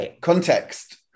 context